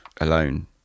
alone